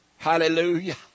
Hallelujah